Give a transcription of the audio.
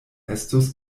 estos